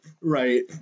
right